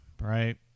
right